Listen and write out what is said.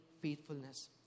faithfulness